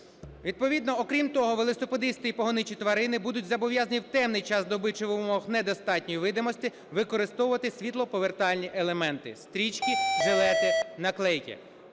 Відповідно, окрім того, велосипедисти і погоничі тварини будуть зобов'язані в темний час доби чи в умовах недостатньої видимості використовувати світлоповертальні елементи: стрічки, жилети, наклейки.